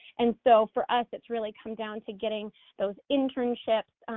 and so for us, it's really coming down to getting those internships,